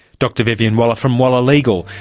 dr vivian waller from waller legal.